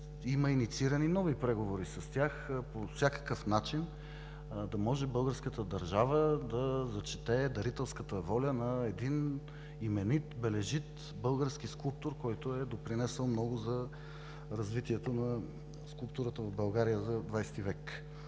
има инициирани нови преговори с тях, по всякакъв начин, да може българската държава да зачете дарителската воля на един именит, бележит, български скулптор, който е допринесъл много за развитието на скулптурата в България за ХХ век?